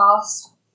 past